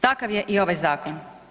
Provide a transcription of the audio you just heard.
Takav je i ovaj zakon.